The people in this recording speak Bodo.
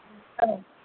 औ